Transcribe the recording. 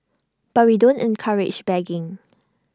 but we don't encourage begging